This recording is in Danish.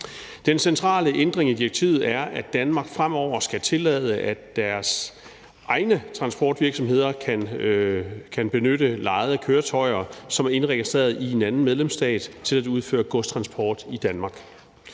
Den centrale ændring i direktivet er, at Danmark fremover skal tillade, at Danmarks egne transportvirksomheder kan benytte lejede køretøjer, som er indregistreret i en anden medlemsstat, til at udføre godstransport i Danmark.